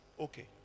Okay